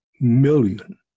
million